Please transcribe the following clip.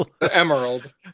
emerald